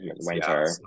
winter